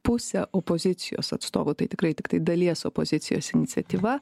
pusę opozicijos atstovų tai tikrai tiktai dalies opozicijos iniciatyva